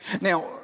Now